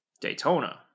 daytona